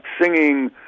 singing